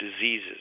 diseases